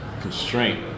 constraint